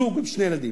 של זוג עם שני ילדים.